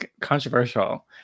controversial